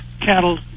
cattle